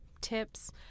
tips